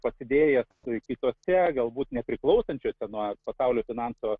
pasidėję kitose galbūt nepriklausančiose nuo pasaulio finansų